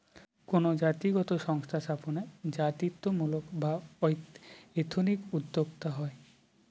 কোনো জাতিগত সংস্থা স্থাপনে জাতিত্বমূলক বা এথনিক উদ্যোক্তা হয়